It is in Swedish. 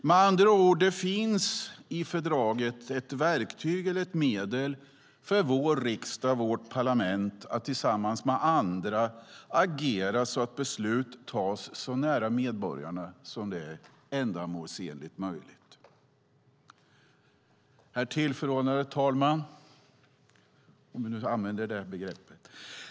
Med andra ord finns det i fördraget ett verktyg eller ett medel för vår riksdag, vårt parlament, att tillsammans med andra agera så att beslut tas så nära medborgarna som det är ändamålsenligt möjligt. Herr ålderspresident!